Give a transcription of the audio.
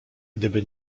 gdyby